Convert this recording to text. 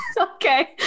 Okay